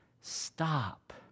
stop